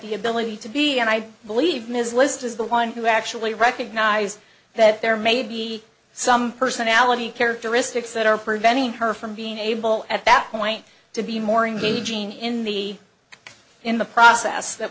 the ability to be and i believe ms list is the one who actually recognized that there may be some personality characteristics that are preventing her from being able at that point to be more engaging in the in the process that